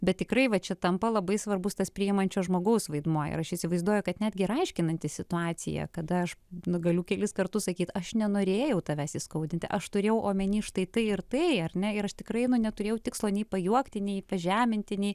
bet tikrai va čia tampa labai svarbus tas priimančio žmogaus vaidmuo ir aš įsivaizduoju kad netgi aiškinantis situaciją kada aš nu galiu kelis kartus sakyti aš nenorėjau tavęs įskaudinti aš turėjau omenyje štai tai ir tai ar ne ir aš tikrai nu neturėjau tikslo nei pajuokti nei pažeminti nei